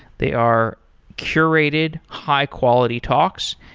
they are curated high-quality talks,